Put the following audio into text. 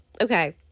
Okay